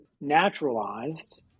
naturalized